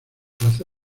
plaza